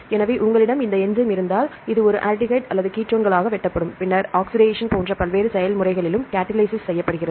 எனவே உங்களிடம் இந்த என்சைம் இருந்தால் இது ஒரு ஆல்டிஹைட் அல்லது கீட்டோன்களாக வெட்டப்படும் பின்னர் ஆக்ஸிடேஷன் போன்ற பல்வேறு செயல்முறைகளிலும் கடலிசிஸ் செய்யப்படுகிறது